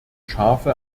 scharfe